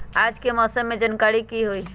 आज के मौसम के जानकारी कि हई?